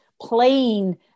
playing